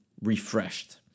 refreshed